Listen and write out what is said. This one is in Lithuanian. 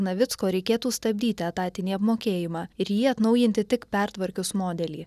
navicko reikėtų stabdyti etatinį apmokėjimą ir jį atnaujinti tik pertvarkius modelį